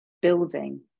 building